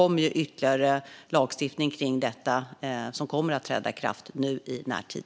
Men ytterligare lagstiftning kring detta kommer att träda i kraft i närtid.